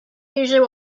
usually